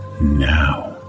now